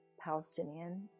Palestinian